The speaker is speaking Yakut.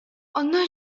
онно